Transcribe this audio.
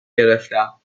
گرفتم